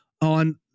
on